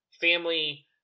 family